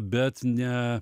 bet ne